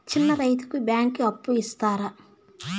చిన్న రైతుకు బ్యాంకు అప్పు ఇస్తారా?